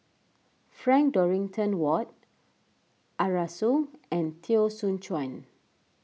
Frank Dorrington Ward Arasu and Teo Soon Chuan